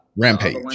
rampage